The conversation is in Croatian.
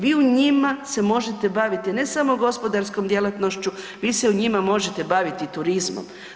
Vi u njima se možete baviti ne samo gospodarskom djelatnošću, vi se u njima možete baviti turizmom.